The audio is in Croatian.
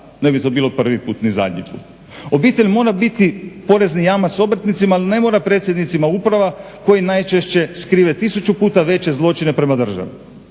Ne bi to bilo prvi put ni zadnji put. Obitelj mora biti porezni jamac obrtnicima ali ne mora predsjednicima uprava koji najčešće skrive tisuću puta veće zločine prema državi.